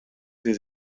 sie